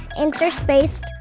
interspaced